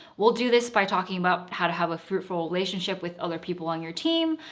we'll do this by talking about how to have a fruitful relationship with other people on your team,